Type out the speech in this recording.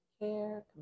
care